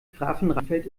grafenrheinfeld